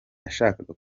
yashakaga